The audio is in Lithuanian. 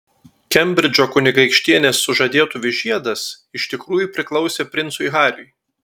kembridžo kunigaikštienės sužadėtuvių žiedas iš tikrųjų priklausė princui hariui